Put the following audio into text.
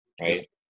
Right